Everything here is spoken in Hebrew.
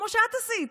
כמו שאת עשית,